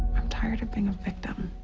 i'm tired of being a victim.